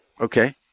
Okay